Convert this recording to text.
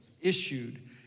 issued